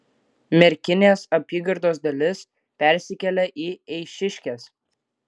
merkinės apygardos dalis persikėlė į eišiškes